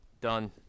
Done